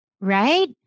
Right